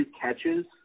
catches